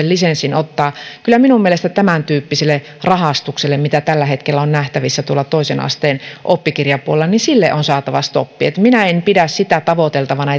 lisenssin ottaa kyllä minun mielestäni kuitenkin tämäntyyppiselle rahastukselle mitä tällä hetkellä on nähtävissä tuolla toisen asteen oppikirjojen puolella on saatava stoppi minä en pidä sitä tavoiteltavana